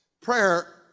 Prayer